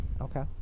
Okay